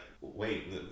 wait